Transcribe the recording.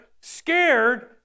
scared